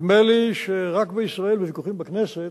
נדמה לי שרק בישראל, בוויכוחים בכנסת,